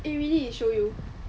eh really I show you